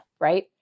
right